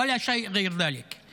ולא שום דבר אחר פרט לכך.)